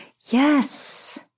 Yes